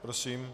Prosím.